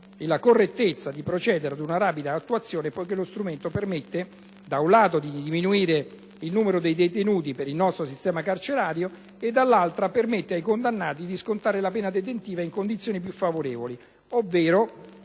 la correttezza di procedere ad una rapida attuazione, poiché lo strumento, da un lato, permette di diminuire il numero di detenuti per il nostro sistema carcerario, e, dall'altro, permette ai condannati di scontare la pena detentiva in condizioni più favorevoli, ossia